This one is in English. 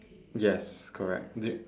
yes correct is it